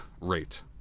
rate